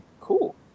Cool